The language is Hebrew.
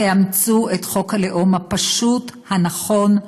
תאמצו את חוק הלאום הפשוט, הנכון,